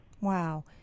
wow